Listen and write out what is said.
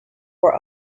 were